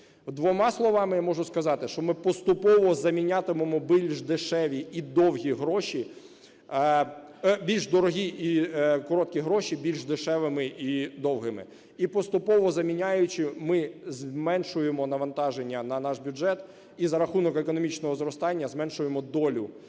Двома словами я можу сказати, що ми поступово замінятимемо більш дешеві і довгі гроші… більш дорогі і короткі гроші більш дешевими і довгими. І поступово заміняючи, ми зменшуємо навантаження на наш бюджет і за рахунок економічного зростання зменшуємо долю